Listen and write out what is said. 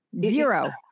Zero